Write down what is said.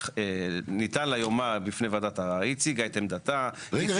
היא הציגה את עמדתה --- רגע,